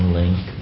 link